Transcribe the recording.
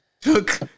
took